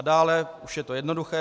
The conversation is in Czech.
Dále už je to jednoduché.